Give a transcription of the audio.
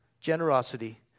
generosity